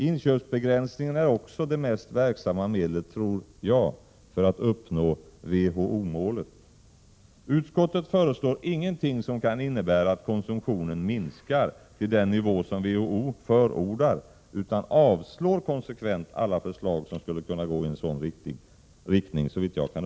Inköpsbegränsningen är också det mest verksamma medlet, tror jag, för att uppnå WHO-målet. Utskottet föreslår ingenting som kan innebära att konsumtionen minskar till den nivå som WHO förordar utan avslår konsekvent alla förslag som skulle kunna gå i en sådan riktning. Fru talman!